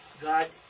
God